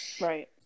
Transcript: Right